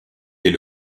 est